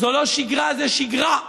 זו לא שגרה, זו שגרע בעי"ן.